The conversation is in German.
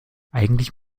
eigentlich